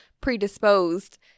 predisposed